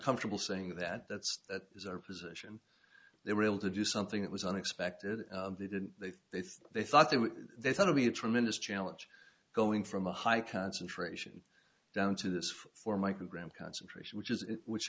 comfortable saying that that's that is our position they were able to do something that was unexpected they didn't they they thought they were they thought to be a tremendous challenge going from a high concentration down to this four microgram concentration which is which